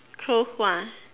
close one